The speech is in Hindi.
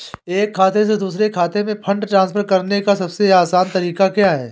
एक खाते से दूसरे खाते में फंड ट्रांसफर करने का सबसे आसान तरीका क्या है?